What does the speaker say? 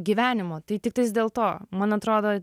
gyvenimo tai tiktais dėl to man atrodo